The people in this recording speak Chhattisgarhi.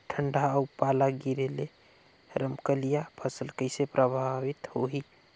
ठंडा अउ पाला गिरे ले रमकलिया फसल कइसे प्रभावित होही?